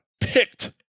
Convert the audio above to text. picked